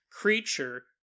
creature